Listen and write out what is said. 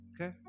okay